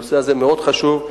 הנושא הזה מאוד חשוב.